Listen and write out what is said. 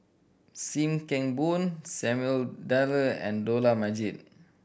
Sim Kee Boon Samuel Dyer and Dollah Majid